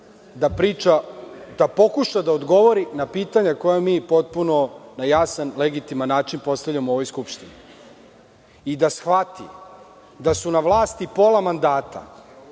da pokuša da odgovori na pitanja koja mi potpuno na jasan, legitiman način postavljamo u ovoj Skupštini. I da shvati da su na vlasti pola mandata,